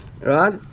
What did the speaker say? Right